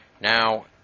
now